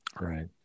Right